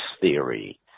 theory